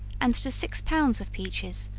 and to six pounds of peaches,